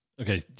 Okay